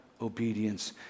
obedience